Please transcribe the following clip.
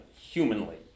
humanly